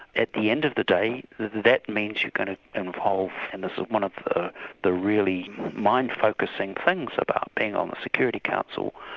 at the end of the day that means you're going to involve and this is one of the really mind focusing things about being on the security council,